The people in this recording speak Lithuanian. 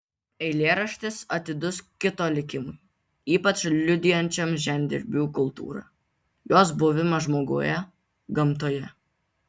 eilėraštis atidus kito likimui ypač liudijančiam žemdirbių kultūrą jos buvimą žmoguje gamtoje